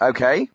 Okay